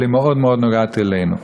אבל מאוד מאוד נוגעת בנו.